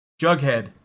Jughead